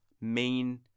main